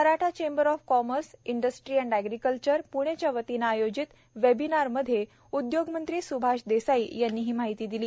Maratha chambers of commerce industry and agriculture प्णेच्यावतीने आयोजित वेबीनारमध्ये आज उद्योगमंत्री स्भाष देसाई ही माहिती दिली